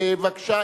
בבקשה,